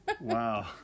Wow